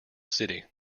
city